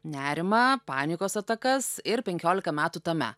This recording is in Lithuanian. nerimą panikos atakas ir penkioliką metų tame